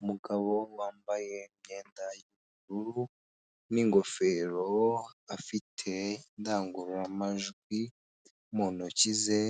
Umugabo wambaye imyenda y'ubururu n'ingofero, afite indangururamajwi mu ntoki ze,